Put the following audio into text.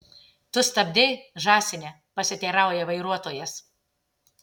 tu stabdei žąsine pasiteirauja vairuotojas